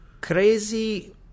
crazy